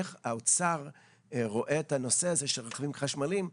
איך האוצר רואה את הנושא הזה של רכבים חשמליים?